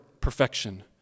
perfection